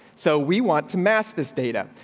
so we want to mass this data.